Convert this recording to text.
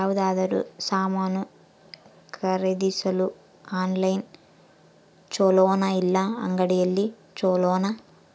ಯಾವುದಾದರೂ ಸಾಮಾನು ಖರೇದಿಸಲು ಆನ್ಲೈನ್ ಛೊಲೊನಾ ಇಲ್ಲ ಅಂಗಡಿಯಲ್ಲಿ ಛೊಲೊನಾ?